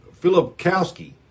Philipkowski